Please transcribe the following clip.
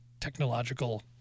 technological